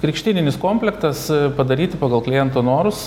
krikštyninis komplektas padaryti pagal kliento norus